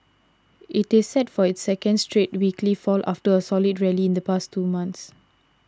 it is set for its second straight weekly fall after a solid rally in the past two months